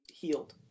healed